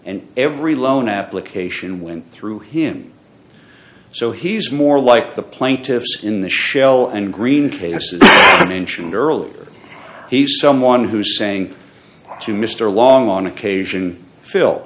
and every loan application went through him so he's more like the plaintiffs in the shell and green cases i mentioned earlier he someone who's saying to mr long on occasion